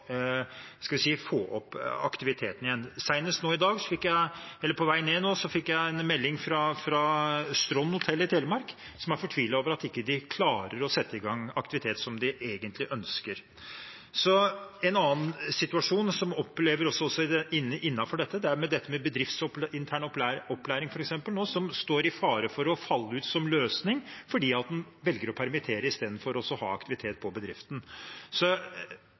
få opp aktiviteten igjen. Senest på vei ned hit nå fikk jeg en melding fra Straand Hotel i Telemark, som var fortvilet over at de ikke klarer å sette i gang aktivitet som de egentlig ønsker. En annen situasjon som oppleves innenfor dette, er dette med f.eks. bedriftsintern opplæring, som nå står i fare for å falle ut som løsning fordi en velger å permittere i stedet for å ha aktivitet i bedriften.